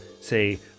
say